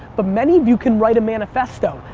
but many of you can write a manifesto.